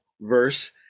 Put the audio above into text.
verse